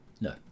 No